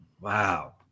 Wow